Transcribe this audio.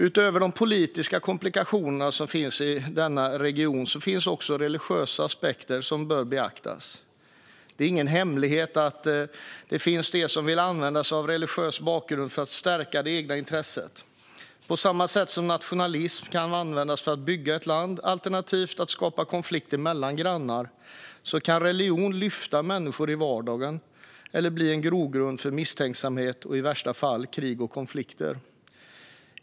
Utöver de politiska komplikationer som finns i denna region finns det religiösa aspekter som bör beaktas. Det är ingen hemlighet att det finns de som vill använda sig av religiös bakgrund för att stärka det egna intresset. På samma sätt som nationalism kan användas för att bygga ett land, alternativt skapa konflikter mellan grannar, kan religion lyfta människor i vardagen eller bli en grogrund för misstänksamhet och i värsta fall krig och konflikter.